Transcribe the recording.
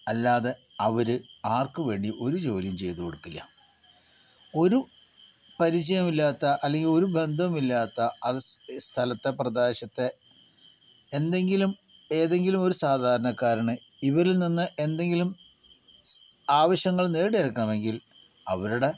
അല്ലാതെ അവര് ആർക്ക് വേണ്ടിയും ഒരു ജോലിയും ചെയ്ത് കൊടുക്കില്ല ഒരു പരിചയവുമില്ലാത്ത അല്ലെങ്കി ഒരു ബന്ധവുമില്ലാത്ത അത് സ് സ്ഥലത്തെ പ്രദേശത്തെ എന്തെങ്കിലും ഏതെങ്കിലും ഒരു സാധാരണക്കാരന് ഇവരിൽ നിന്ന് എന്തെങ്കിലും സ് അവശ്യങ്ങൾ നേടിയെടുക്കണമെങ്കിൽ അവരുടെ